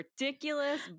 ridiculous